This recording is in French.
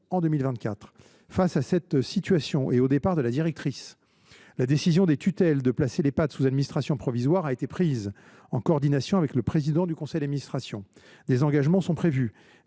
en 2024. Face à cette situation et au départ de la directrice, la décision des tutelles de placer l’Ehpad sous administration provisoire a été prise, en coordination avec le président du conseil d’administration. Des engagements sont prévus.